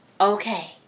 Okay